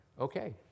Okay